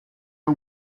are